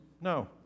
No